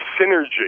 Synergy